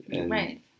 right